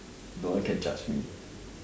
no one can judge me